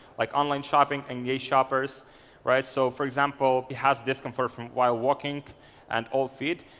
like online shopping, engage shoppers right. so for example, it has discomfort from while walking and old feet,